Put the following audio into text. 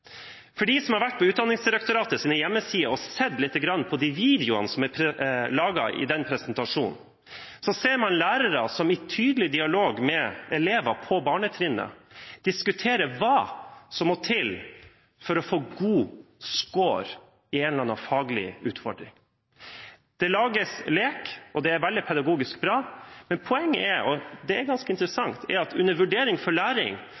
De som har vært på Utdanningsdirektoratets hjemmeside og sett lite grann på videoene som er laget i den presentasjonen, ser lærere som i tydelig dialog med elever på barnetrinnet diskuterer hva som må til for å få god score i en eller annen faglig utfordring. Det lages lek, og det er veldig bra pedagogisk sett, men poenget er – og det er ganske interessant – at man under vurdering for læring